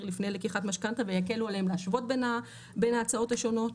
לפני לקיחת משכנתא ויקלו עליהם להשוות בין ההצעות השונות.